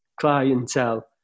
clientele